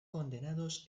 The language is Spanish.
condenados